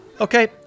Okay